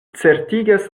certigas